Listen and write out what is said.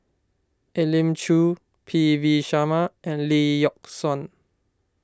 Elim Chew P V Sharma and Lee Yock Suan